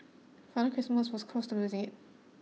Father Christmas was close to losing it